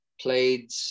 played